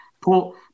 Pull